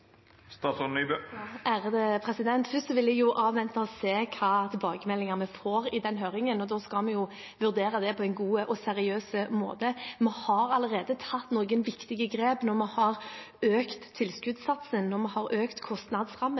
Først vil jeg avvente og se hvilke tilbakemeldinger vi får i den høringen, og da skal vi vurdere det på en god og seriøs måte. Vi har allerede tatt noen viktige grep når vi har økt tilskuddssatsen, når vi har økt kostnadsrammen,